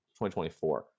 2024